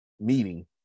meeting